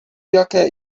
jaké